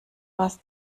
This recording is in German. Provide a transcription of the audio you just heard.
was